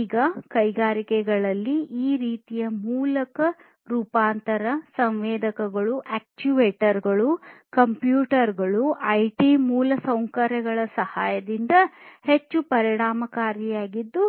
ಈಗ ಕೈಗಾರಿಕೆಗಳಲ್ಲಿ ಈ ರೀತಿಯ ಮೂಲಕ ರೂಪಾಂತರ ಸಂವೇದಕಗಳು ಅಕ್ಚುಯೇಟರ್ ಗಳು ಕಂಪ್ಯೂಟರ್ ಗಳು ಐಟಿ ಮೂಲಸೌಕರ್ಯಗಳ ಸಹಾಯದಿಂದ ಹೆಚ್ಚುಪರಿಣಾಮಕಾರಿಯಾದದ್ದು